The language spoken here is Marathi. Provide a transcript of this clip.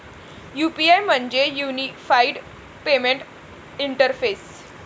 यू.पी.आय म्हणजे युनिफाइड पेमेंट इंटरफेस